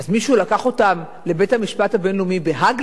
אז מישהו לקח אותם לבית-המשפט הבין-לאומי בהאג,